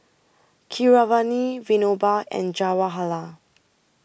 Keeravani Vinoba and Jawaharlal